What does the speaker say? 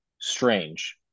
strange